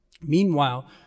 Meanwhile